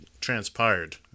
transpired